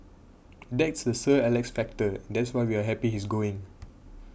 that's the Sir Alex factor and that's why we're happy he's going